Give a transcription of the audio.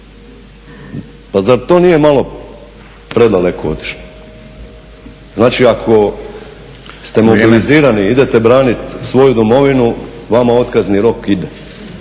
Pa zar to nije malo predaleko otišli? …/Upadica Stazić: Vrijeme./… Znači ako ste mobilizirani, idete braniti svoju Domovinu vama otkazni rok ide.